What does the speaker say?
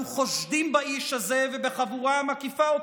חושדים באיש הזה ובחבורה המקיפה אותו.